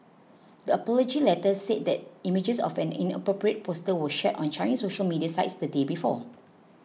the apology letter said that images of an inappropriate poster were shared on Chinese social media sites the day before